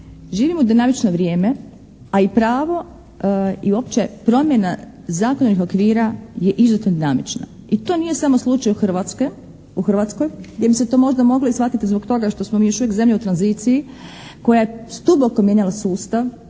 živimo u dinamično vrijeme a i pravo i uopće promjena zakonskih okvira je izuzetno dinamična, i to nije samo slučaj u Hrvatskoj gdje bi se to možda i moglo i shvatiti zbog toga što smo mi još uvijek zemlja u tranziciji koja je duboko mijenjala sustav